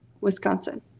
Wisconsin